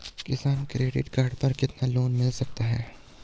किसान credit card पर कितना लोंन मिल सकता है?